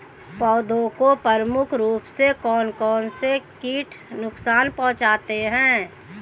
पौधों को प्रमुख रूप से कौन कौन से कीट नुकसान पहुंचाते हैं?